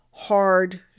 hard